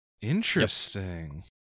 interesting